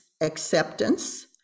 acceptance